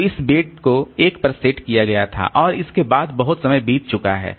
तो इस बिट को 1 पर सेट किया गया था और इसके बाद बहुत समय बीत चुका है